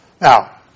Now